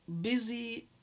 busy